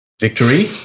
victory